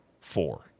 four